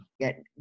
get